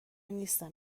نیستم